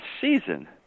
season